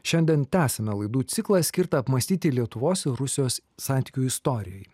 šiandien tęsiame laidų ciklą skirtą apmąstyti lietuvos ir rusijos santykių istorijai